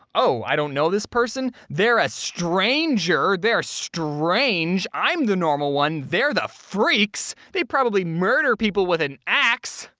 oh, i don't know this person? they're a stranger, they're strange. strange. i'm the normal one. they're the freaks. they probably murder people with an axe!